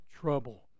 trouble